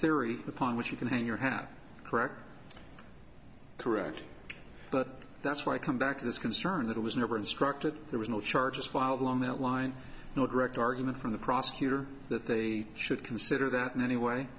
theory upon which you can hang your hat correct correct but that's why i come back to this concern that it was never instructed there was no charges filed along that line no direct argument from the prosecutor that they should consider that in any way